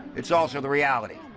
it's also the reality.